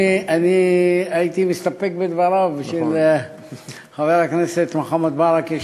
אני הייתי מסתפק בדבריו של חבר הכנסת מוחמד ברכה,